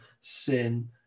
sin